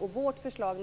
Och vårt förslag